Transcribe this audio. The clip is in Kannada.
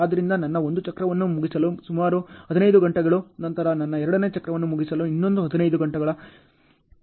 ಆದ್ದರಿಂದ ನನ್ನ ಒಂದು ಚಕ್ರವನ್ನು ಮುಗಿಸಲು ಸರಿಸುಮಾರು 15 ಗಂಟೆಗಳು ನಂತರ ನನ್ನ ಎರಡನೇ ಚಕ್ರವನ್ನು ಮುಗಿಸಲು ಇನ್ನೊಂದು 15 ಗಂಟೆಗಳ